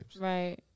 Right